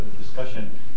discussion